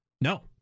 No